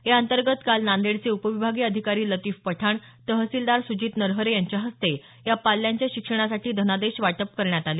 याअंतर्गत काल नांदेडचे उपविभागीय अधिकारी लतीफ पठाण तहसीलदार सुजित नरहोे यांच्या हस्ते या पाल्यांच्या शिक्षणासाठी धनादेश वाटप करण्यात आले